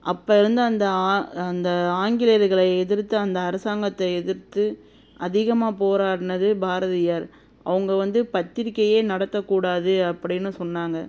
அப்ப இருந்த அந்த ஆ அந்த ஆங்கிலேயர்களை எதிர்த்து அந்த அரசாங்கத்தை எதிர்த்து அதிகமாக போராடுனது பாரதியார் அவங்க வந்து பத்திரிக்கையே நடத்த கூடாது அப்படின்னு சொன்னாங்க